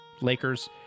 Lakers